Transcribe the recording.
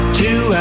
two